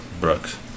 Brooks